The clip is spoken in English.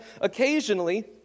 occasionally